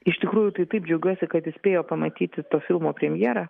iš tikrųjų tai taip džiaugiuosi kad jis spėjo pamatyti to filmo premjerą